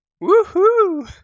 Woo-hoo